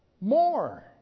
more